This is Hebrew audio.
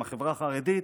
מהחברה החרדית,